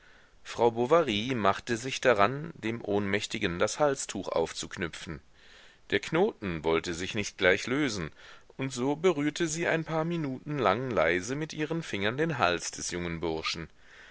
frau bovary machte sich daran dem ohnmächtigen das halstuch aufzuknüpfen der knoten wollte sich nicht gleich lösen und so berührte sie ein paar minuten lang leise mit ihren fingern den hals des jungen burschen